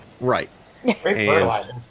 right